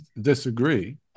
disagree